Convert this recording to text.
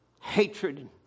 hatred